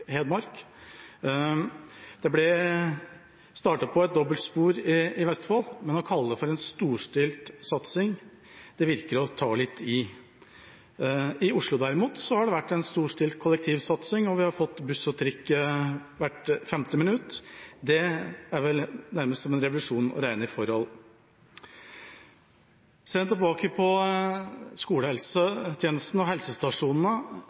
Hedmark. Det ble startet arbeid med et dobbeltspor i Vestfold, men å kalle det en storstilt satsing er å ta litt i. I Oslo har det derimot vært en storstilt kollektivsatsing, og vi har fått buss og trikk hvert femte minutt. Det er vel nærmest å regne som en revolusjon i forhold. Ser en tilbake på skolehelsetjenesten og helsestasjonene,